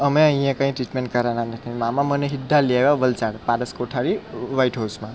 અમે અહીં કંઈ ટ્રીટમેન્ટ કરાવવાના નથી ને મામા મને સિધ્ધા લઈ આવ્યા વલસાડ પારસ કોઠારી વ્હાઈટ હાઉસમાં